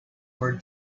were